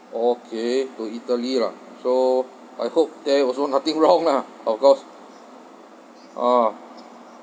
okay to italy lah so I hope there also nothing wrong lah of course ah